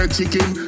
Chicken